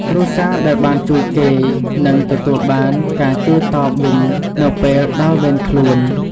គ្រួសារដែលបានជួយគេ នឹងទទួលបានការជួយតបវិញនៅពេលដល់វេនខ្លួន។